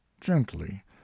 gently